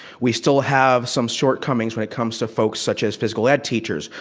we still have some shortcomings when it comes to folks such as physical ed teachers,